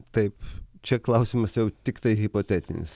taip čia klausimas jau tiktai hipotetinis